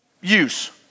use